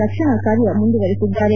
ರಕ್ಷಣ ಕಾರ್ಯ ಮುಂದುವರೆಸಿದ್ದಾರೆ